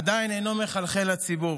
עדיין אינו מחלחל לציבור,